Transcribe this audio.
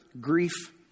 Grief